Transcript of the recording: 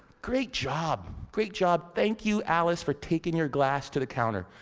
great job! great job. thank you alice for taking your glass to the counter.